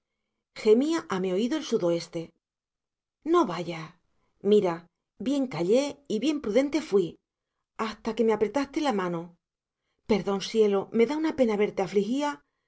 gemía a mi oído el sudoeste no vayas mira bien callé y bien prudente fui hasta que me apretaste la mano perdón sielo me da una pena verte afligía